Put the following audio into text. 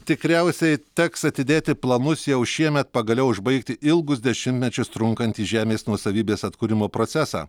tikriausiai teks atidėti planus jau šiemet pagaliau užbaigti ilgus dešimtmečius trunkantį žemės nuosavybės atkūrimo procesą